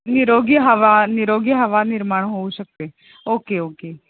निरोगी हवा निरोगी हवा निर्माण होऊ शकते ओके ओके